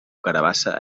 carabassa